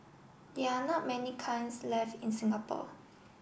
there are not many kinds left in Singapore